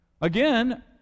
Again